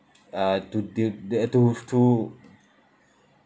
uh to deal the to to